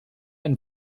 ein